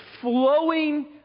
flowing